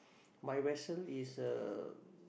my vessel is a